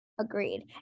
Agreed